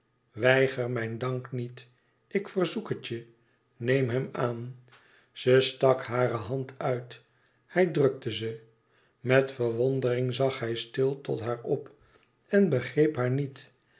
weiger mijn dank niet ik verzoek het je neem hem aan zij stak hare hand uit hij drukte ze met verwondering zag hij stil tot haar op en begreep haar niet